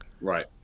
Right